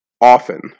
often